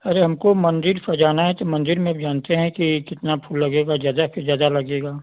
अरे हमको मंदिर सजाना है तो मंदिर में आप जानते हैं कि कितना फूल लगेगा ज़्यादा से ज़्यादा लगेगा